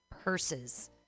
purses